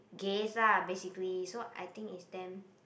gays ah basically so I think it's damn